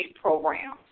programs